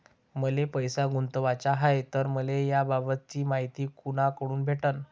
मले पैसा गुंतवाचा हाय तर मले याबाबतीची मायती कुनाकडून भेटन?